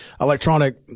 electronic